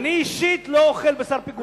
אני אישית לא אוכל בשר פיגולים.